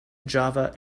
java